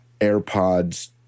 AirPods